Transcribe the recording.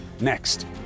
next